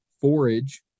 forage